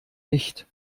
nicht